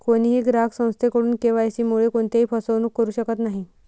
कोणीही ग्राहक संस्थेकडून के.वाय.सी मुळे कोणत्याही फसवणूक करू शकत नाही